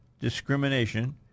discrimination